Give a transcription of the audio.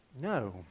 No